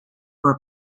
were